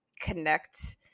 connect